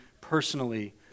personally